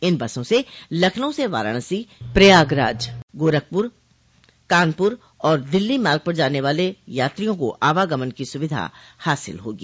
इन बसों से लखनऊ से वाराणसी प्रयागराज गोरखपुर कानपुर और दिल्ली मार्ग पर जाने वाले यात्रियों को आवागमन की सुविधा हासिल होगी